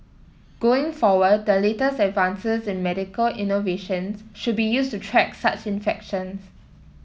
going forward the latest in medical innovations should be used to track such infections